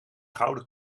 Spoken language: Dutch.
gouden